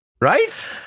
right